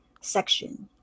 section